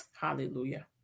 Hallelujah